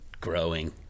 growing